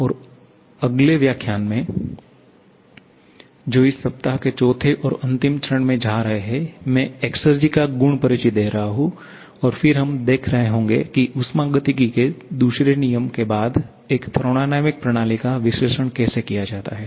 और अगले व्याख्यान में जो इस सप्ताह के चौथे और अंतिम चरण में जा रहा है मैं एक्सेरजी गुण का परिचय दे रहा हूँ और फिर हम देख रहे होंगे कि ऊष्मागतिकी के दूसरे नियम के बाद एक थर्मोडायनामिक प्रणाली का विश्लेषण कैसे किया जाता है